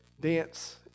dance